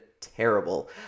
terrible